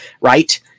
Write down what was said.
right